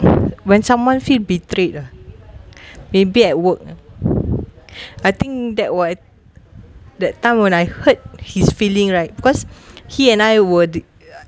when someone feel betrayed uh maybe at work I think that what that time when I hurt his feeling right because he and I were